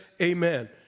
amen